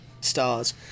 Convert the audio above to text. stars